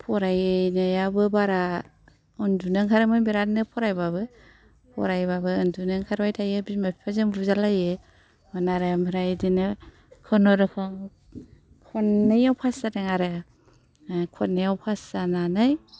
फरायनायावबो बारा उन्दुनो ओंखारोमोन बिरादनो फरायबाबो फरायबाबो उन्दुनो ओंखारबाय थायो बिमा बिफाजों बुजालायो मोन आरो ओमफ्राय बिदिनो खुनुरुखुम खननैयाव पास जादों आरो खननैयाव पास जानानै